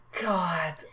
God